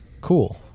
Cool